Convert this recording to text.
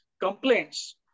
complaints